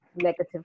negative